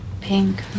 Pink